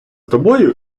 тобою